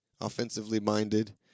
offensively-minded